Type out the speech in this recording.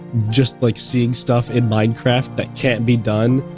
just like seeing stuff in minecraft that can't be done,